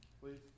please